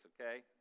okay